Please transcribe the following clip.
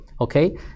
okay